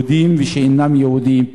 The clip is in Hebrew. יהודים ושאינם יהודים,